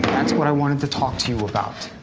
that's what i wanted to talk to you about.